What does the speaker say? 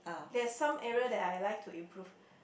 there's some area that I like to improve